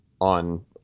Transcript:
on